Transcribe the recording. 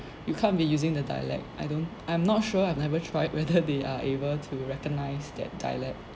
you can't be using the dialect I don't I'm not sure I've never tried whether they are able to recognize their dialect